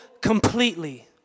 completely